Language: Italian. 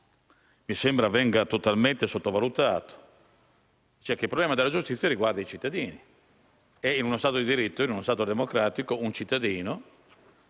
mi sembra venga totalmente sottovalutato, ossia che il problema della giustizia riguarda i cittadini. In uno Stato di diritto e democratico un cittadino